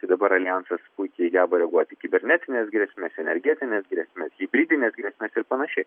tai dabar aljansas puikiai geba reaguoti į kibernetines grėsmes energetines grėsmes hibridines grėsmes ir panašiai